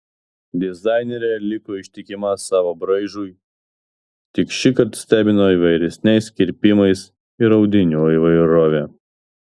dizainerė liko ištikima savo braižui tik šįkart stebino įvairesniais kirpimais ir audinių įvairove